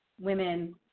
women